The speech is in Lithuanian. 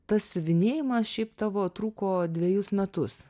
tas siuvinėjimas šiaip tavo truko dvejus metus